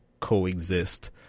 coexist